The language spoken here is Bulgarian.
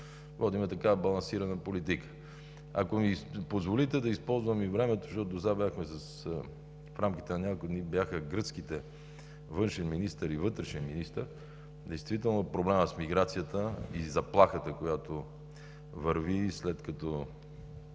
водим балансирана политика. Ако ми позволите да използвам и времето, защото в рамките на няколко дни бяха гръцките външен министър и вътрешен министър, действително проблемът с миграцията и заплахата, която върви, след като